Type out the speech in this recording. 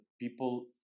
people